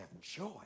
joy